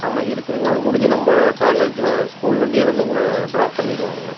ஆமாம் இருக்குதுங்க அது முடிஞ்சு நம்ப காலேஜில் ஸ்கூல் வண்டியே வந்து உங்களை ட்ராப் பண்ணிவிடுவாங்க